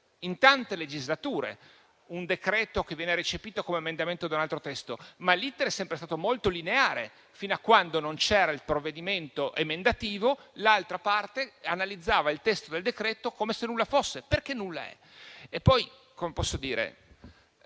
in molte legislature, che un decreto venisse recepito come emendamento in un altro testo. Ma l'*iter* è sempre stato molto lineare: fino a quando non c'era il provvedimento emendativo, l'altra parte analizzava il testo del decreto come se nulla fosse, perché nulla c'era.